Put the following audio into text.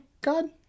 God